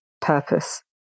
purpose